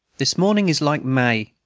this morning is like may.